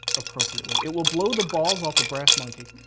appropriately? it will blow the balls off a brass monkey.